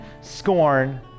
scorn